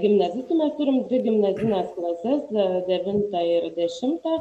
gimnazistų mes turim dvi gimnazines klases devintą ir dešimtą